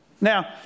Now